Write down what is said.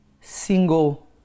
single